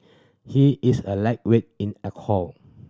he is a lightweight in alcohol